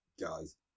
guys